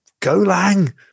Golang